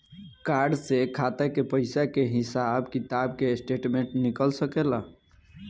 Card से खाता के पइसा के हिसाब किताब के स्टेटमेंट निकल सकेलऽ?